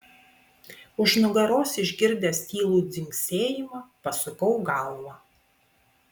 už nugaros išgirdęs tylų dzingsėjimą pasukau galvą